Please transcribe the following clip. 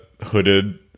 hooded